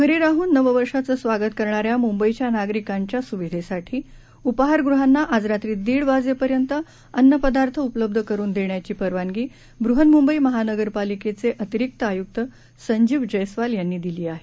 घरी राहून नववर्षाचे स्वागत करणाऱ्या मुंबईच्या नागरिकांच्या सुविधेसाठी उपाहारगृहांना आज रात्री दीड वाजेपर्यंत अन्नपदार्थ उपलब्ध करून देण्याची परवानगी बृहन्मुंबई महानगरपालिकेचे अतिरिक्त आयुक्त संजीव जयस्वाल यांनी दिली आहे